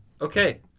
Okay